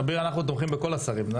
אביר, אנחנו תומכים בכל השרים.